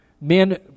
Men